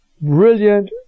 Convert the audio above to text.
brilliant